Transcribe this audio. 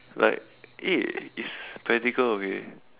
like eh it's practical okay